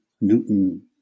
Newton